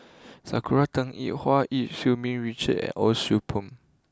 Sakura Teng Ying Hua Eu Ming Richard and Cheong Soo Pieng